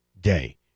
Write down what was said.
day